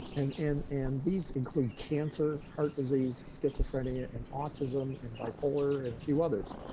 and and and these include cancer, heart disease, schizophrenia and autism and bipolar and a few others.